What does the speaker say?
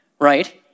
right